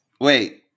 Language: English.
wait